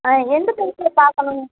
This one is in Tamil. ஆ எந்த ப்ரைஸில் பார்க்கணும்